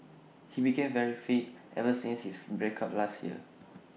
he became very fit ever since his break up last year